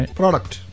product